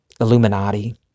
Illuminati